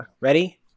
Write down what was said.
ready